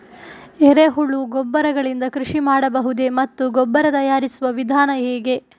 ಎರೆಹುಳು ಗೊಬ್ಬರ ಗಳಿಂದ ಕೃಷಿ ಮಾಡಬಹುದೇ ಮತ್ತು ಗೊಬ್ಬರ ತಯಾರಿಸುವ ವಿಧಾನ ಹೇಗೆ?